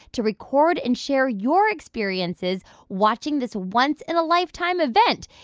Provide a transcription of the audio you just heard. to record and share your experiences watching this once-in-a-lifetime event.